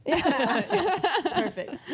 perfect